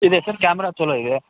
ಇದೆ sir camera ಚೊಲೋ ಇದೆ